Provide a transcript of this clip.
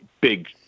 big